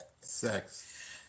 Sex